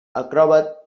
acrobat